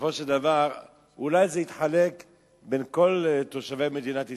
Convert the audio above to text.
בסופו של דבר אולי זה יתחלק בין כל תושבי מדינת ישראל.